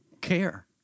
care